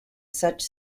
such